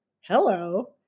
hello